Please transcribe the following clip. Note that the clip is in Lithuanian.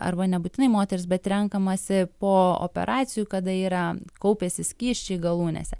arba nebūtinai moterys bet renkamasi po operacijų kada yra kaupiasi skysčiai galūnėse